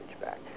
back